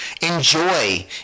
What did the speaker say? Enjoy